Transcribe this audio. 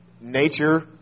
Nature